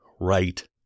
right